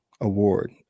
award